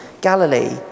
Galilee